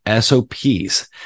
SOPs